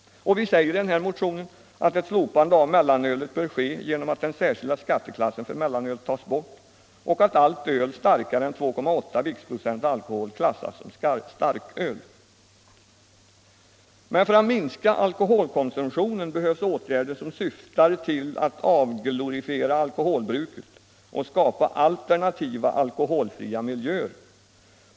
Vi säger i motionen att ett slopande av mellanölet bör ske genom att den särskilda skatteklassen för mellanöl tas bort och att allt öl, starkare än 2,8 viktprocent alkohol, klassas som starköl. För att minska alkoholkonsumtionen behövs åtgärder som syftar till att avglorifiera alkoholbruket och skapa alternativa alkoholfria miljöer.